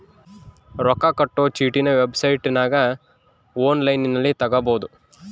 ರೊಕ್ಕ ಕಟ್ಟೊ ಚೀಟಿನ ವೆಬ್ಸೈಟನಗ ಒನ್ಲೈನ್ನಲ್ಲಿ ತಗಬೊದು